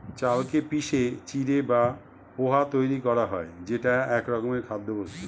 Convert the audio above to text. চালকে পিষে চিঁড়ে বা পোহা তৈরি করা হয় যেটা একরকমের খাদ্যবস্তু